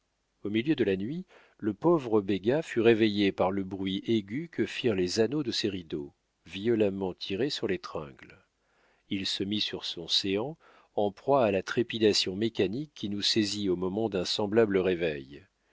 au milieu de la nuit le pauvre béga fut réveillé par le bruit aigu que firent les anneaux de ses rideaux violemment tirés sur les tringles il se mit sur son séant en proie à la trépidation mécanique qui nous saisit au moment d'un semblable réveil